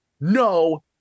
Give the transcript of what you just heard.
no